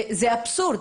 זה אבסורד,